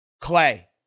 Clay